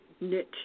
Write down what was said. niche